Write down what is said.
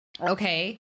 Okay